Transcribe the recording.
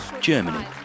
Germany